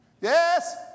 Yes